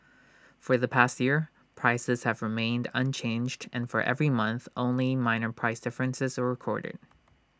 for the past year prices have remained unchanged and for every month only minor price differences are recorded